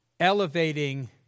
Elevating